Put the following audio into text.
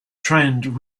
trained